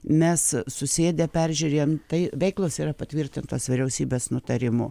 mes susėdę peržiūrėjom tai veiklos yra patvirtintos vyriausybės nutarimu